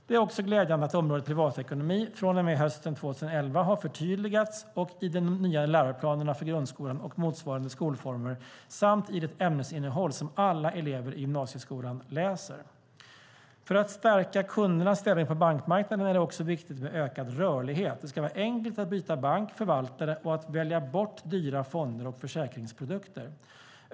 Det är också glädjande att området privatekonomi från och med hösten 2011 har förtydligats i de nya läroplanerna för grundskolan och motsvarande skolformer samt i det ämnesinnehåll som alla elever i gymnasieskolan läser. För att stärka kundernas ställning på bankmarknaden är det också viktigt med ökad rörlighet. Det ska vara enkelt att byta bank, förvaltare och att välja bort dyra fonder och försäkringsprodukter.